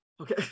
Okay